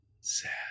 sad